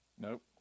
Nope